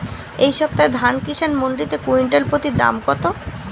এই সপ্তাহে ধান কিষান মন্ডিতে কুইন্টাল প্রতি দাম কত?